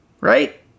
Right